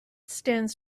stands